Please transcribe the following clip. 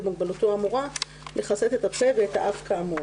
מוגבלותו האמורה לכסות את הפה ואת האף כאמור.